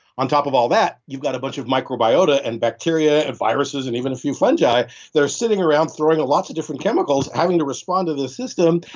on top of all that, you've got a bunch of microbiota and bacteria and viruses and even a few fungi that are sitting around throwing lots of different chemicals, having to respond to the system,